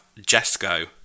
Jesco